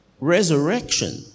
resurrection